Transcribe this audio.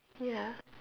ya